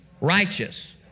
righteous